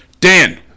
Dan